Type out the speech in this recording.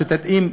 שתתאים,